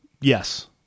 Yes